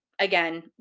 again